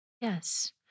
Yes